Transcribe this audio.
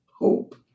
hope